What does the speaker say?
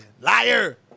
Liar